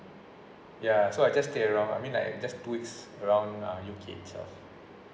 ya so I just take around I mean like just two weeks around uh U_K itself